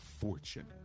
fortune